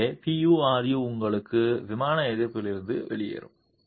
எனவே Pu ru உங்களுக்கு விமான எதிர்ப்பிலிருந்து வெளியேறும்